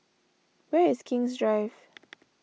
where is King's Drive